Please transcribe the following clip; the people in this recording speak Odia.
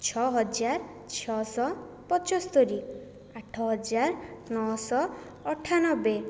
ଛଅ ହଜାର ଛଅ ଶହ ପଞ୍ଚୋସ୍ତରୀ ଆଠ ହଜାର ନଅ ଶହ ଅଠାନବେ